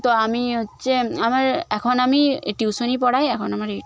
তো আমি হচ্ছে আমার এখন আমি টিউশনি পড়াই এখন আমার এই